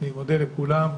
אני מודה לכולם.